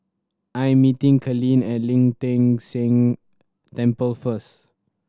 I am meeting Kalene at Ling Teng San Temple first